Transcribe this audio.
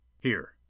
Here